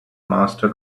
master